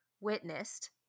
witnessed